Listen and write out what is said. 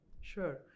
Sure